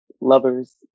lovers